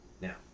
Now